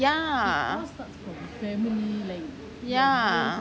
ya ya